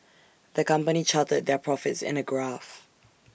the company charted their profits in A graph